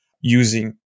using